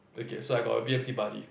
okay so I got a b_m_t buddy